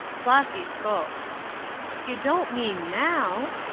flossy spoke you don't mean now?